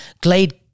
Glade